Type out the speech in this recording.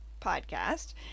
podcast